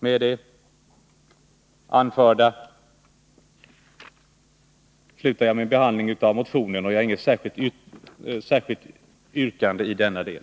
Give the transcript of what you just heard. Med detta slutar jag mitt resonemang om motionen. Jag har inget särskilt yrkande i denna del.